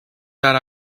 that